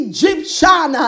Egyptian